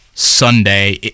Sunday